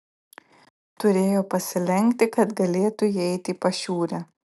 turėjo pasilenkti kad galėtų įeiti į pašiūrę